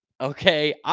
Okay